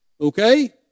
Okay